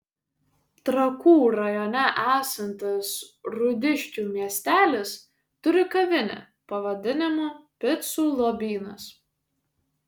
trakų rajone esantis rūdiškių miestelis turi kavinę pavadinimu picų lobynas